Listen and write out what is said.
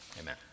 amen